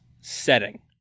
setting